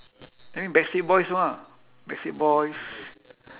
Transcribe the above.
I mean backstreet boys backstreet boys